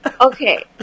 Okay